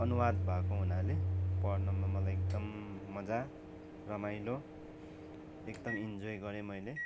अनुवाद भएको हुनाले पढ्नमा मलाई एकदम मजा रमाइलो एकदम इन्जोय गरे मैले